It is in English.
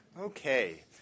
Okay